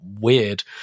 weird